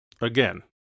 Again